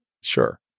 Sure